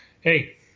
hey